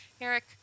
Eric